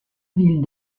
ville